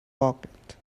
pocket